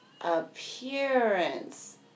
Appearance